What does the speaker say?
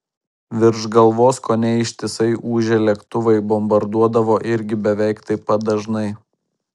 virš galvos kone ištisai ūžė lėktuvai bombarduodavo irgi beveik taip pat dažnai